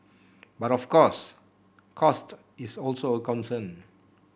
but of course cost is also a concern